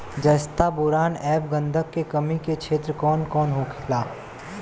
जस्ता बोरान ऐब गंधक के कमी के क्षेत्र कौन कौनहोला?